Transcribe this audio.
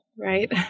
Right